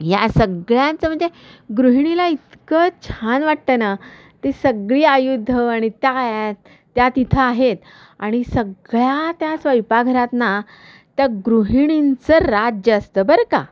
या सगळ्यांचं म्हणजे गृहिणीला इतकं छान वाटतं ना ती सगळी आयुध आणि त्यात त्या तिथं आहेत आणि सगळ्या त्या स्वयंपाकघरात ना त्या गृहिणींचं राज्य असतं बरं का